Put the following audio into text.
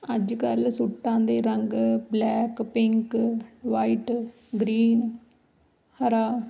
ਅੱਜ ਕੱਲ੍ਹ ਸੂਟਾਂ ਦੇ ਰੰਗ ਬਲੈਕ ਪਿੰਕ ਵਾਈਟ ਗਰੀਨ ਹਰਾ